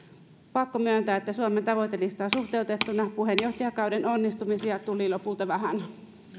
pakko myöntää että suomen tavoitelistaan suhteutettuna puheenjohtajakauden onnistumisia tuli lopulta vähän